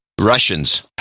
Russians